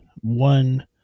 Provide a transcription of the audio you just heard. one